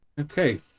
Okay